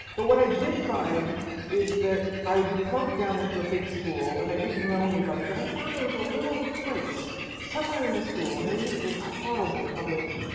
but what i did find is that i would be plunked down into a big school and i didn't know anybody, but i found there was a little place somewhere in the school, and they were usually horrible public,